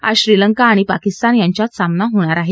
आज श्रीलंका आणि पाकिस्तान यांच्यात सामना होणार आहे